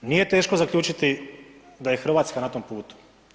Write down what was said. Nije teško zaključiti da je Hrvatska na tom putu.